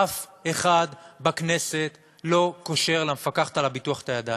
אף אחד בכנסת לא קושר למפקחת על הביטוח את הידיים.